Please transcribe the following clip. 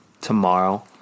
tomorrow